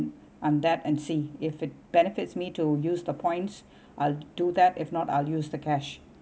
and see if it benefits me to use the points I'll do that if not I'll use the cash